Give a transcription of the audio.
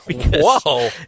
Whoa